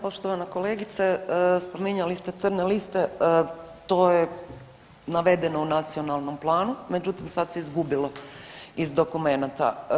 Poštovana kolegice spominjali ste crne liste, to je navedeno u nacionalnom planu međutim sad se izgubilo iz dokumenta.